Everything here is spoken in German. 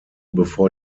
bevor